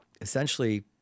essentially